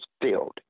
filled